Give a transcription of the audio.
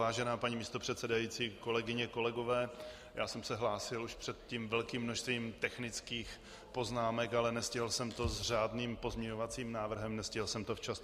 Vážená paní místopředsedkyně, kolegyně a kolegové, já jsem se hlásil už před tím velkým množstvím technických poznámek, ale nestihl jsem to s řádným pozměňovacím návrhem, nestihl jsem to včas.